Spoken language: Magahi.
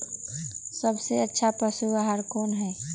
सबसे अच्छा पशु आहार कोन हई?